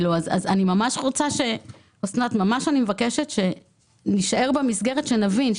אני ממש מבקשת שנישאר במסגרת שנבין,